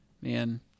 Man